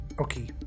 Okay